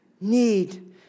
need